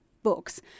books